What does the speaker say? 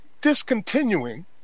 discontinuing